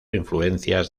influencias